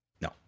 No